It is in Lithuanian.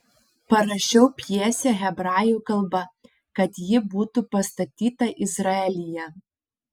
parašiau pjesę hebrajų kalba kad ji būtų pastatyta izraelyje